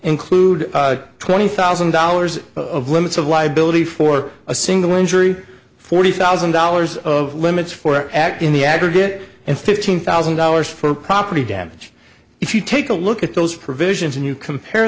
include twenty thousand dollars of limits of liability for a single injury forty thousand dollars of limits for act in the aggregate and fifteen thousand dollars for property damage if you take a look at those provisions and you compare